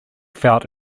felt